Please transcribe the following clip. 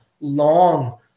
long